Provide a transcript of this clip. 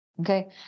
Okay